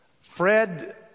Fred